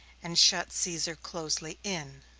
and shut caesar closely in.